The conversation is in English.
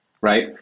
Right